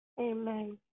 Amen